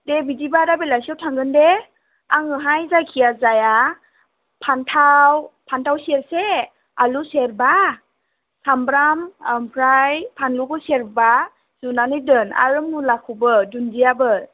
दे बिदिबा दा बेलासियाव थांगोन दे आङोहाय जायखिया जाया फान्थाव फान्थाव सेरसे आलु सेरबा सामब्राम ओमफ्राय फानलुखौ सेरबा जुनानै दोन आरो मुलाखौबो दुन्दियाबो